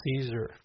Caesar